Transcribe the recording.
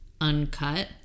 uncut